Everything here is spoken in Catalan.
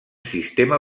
sistema